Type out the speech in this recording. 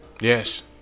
Yes